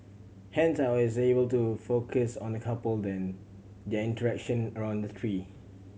hence I was able to focus on the couple then their interaction around the tree